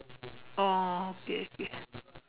oh okay okay